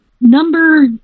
number